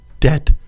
Debt